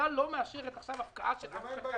הוועדה לא מאשרת עכשיו הפקעה לצרכי ציבור.